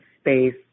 space